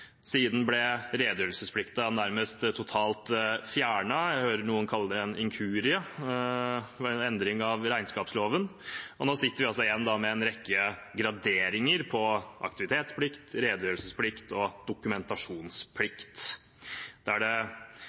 Siden ble redegjørelsesplikten nærmest totalt fjernet – jeg hører noen kalle det en inkurie – ved en endring av regnskapsloven. Nå sitter vi igjen med en rekke graderinger på aktivitetsplikt, redegjørelsesplikt og dokumentasjonsplikt, der det